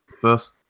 first